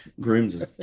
Groom's